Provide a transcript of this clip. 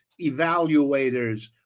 evaluators